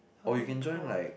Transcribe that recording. or you can join like